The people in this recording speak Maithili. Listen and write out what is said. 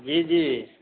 जी जी